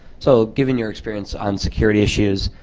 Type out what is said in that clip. so given your experience on security issues,